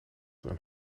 een